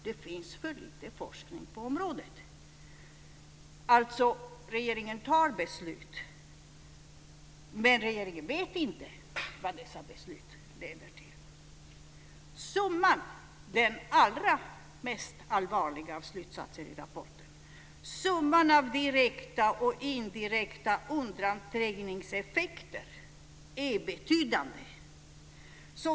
Det finns för lite forskning på området. Regeringen fattar alltså beslut, men regeringen vet inte vad dessa beslut leder till. Den allra mest allvarliga av slutsatserna i rapporten är att summan av direkta och indirekta undanträngningseffekter är betydande.